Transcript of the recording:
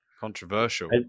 controversial